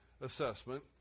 assessment